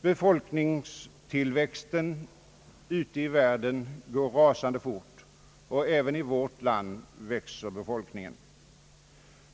Befolkningstillväxten ute i världen går rasande fort, och även i vårt land växer befolkningen.